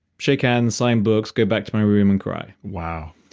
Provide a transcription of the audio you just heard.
shake hands, sign books, go back to my room and cry. wow.